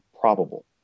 probable